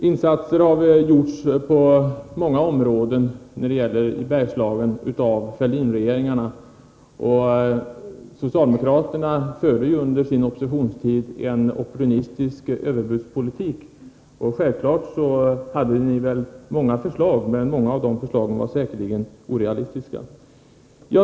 Insatser när det gäller Bergslagen har gjorts på många områden av Fälldinregeringarna. Socialdemokraterna förde under sin oppositionstid en opportunistisk överbudspolitik. Självfallet hade ni många förslag, men flera av dem var säkerligen orealistiska.